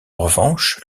revanche